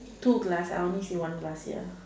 two glass I only see one glass here